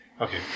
okay